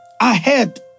ahead